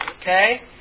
Okay